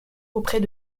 auprès